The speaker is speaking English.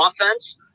offense